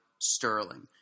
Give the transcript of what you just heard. Sterling